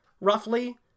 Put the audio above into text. roughly